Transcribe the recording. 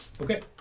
Okay